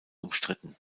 umstritten